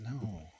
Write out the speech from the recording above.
No